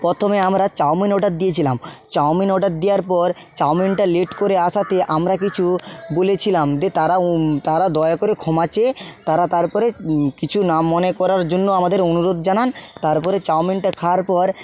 প্রথমে আমরা chow mein order দিয়েছিলাম চাউমিন অর্ডার দেওয়ার পর চাউমিনটা লেট করে আসাতে আমরা কিছু বলেছিলাম দিয়ে তারা তারা দয়া করে ক্ষমা চেয়ে তারা তারপরে কিছু না মনে করার জন্য আমাদের অনুরোধ জানান তারপরে চাউমিনটা খাওয়ার পর